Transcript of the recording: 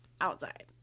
outside